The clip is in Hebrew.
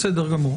בסדר גמור.